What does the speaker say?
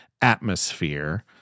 atmosphere